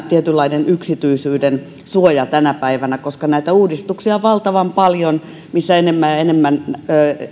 tietynlainen yksityisyydensuoja tänä päivänä koska näitä uudistuksia on valtavan paljon missä enemmän ja enemmän